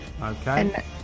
Okay